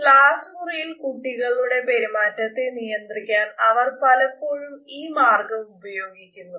class മുറിയിൽ കുട്ടികളുടെ പെരുമാറ്റത്തെ നിയന്ത്രിക്കാൻ അവർ പലപ്പോഴും ഈ മാർഗം ഉപയോഗിക്കുന്നു